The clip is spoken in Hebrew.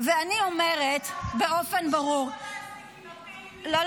ואני אומרת באופן ברור --- הפעילים שלהם --- לא,